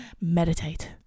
Meditate